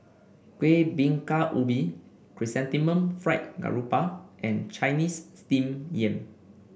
Kuih Bingka Ubi Chrysanthemum Fried Garoupa and Chinese Steamed Yam